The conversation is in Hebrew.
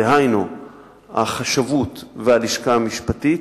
דהיינו החשבות והלשכה המשפטית.